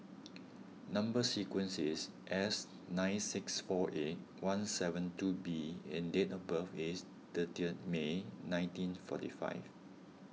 Number Sequence is S nine six four eight one seven two B and date of birth is thirtieth May nineteen forty five